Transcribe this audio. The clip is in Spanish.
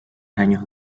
años